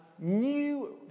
new